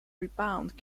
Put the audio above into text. rebound